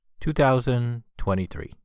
2023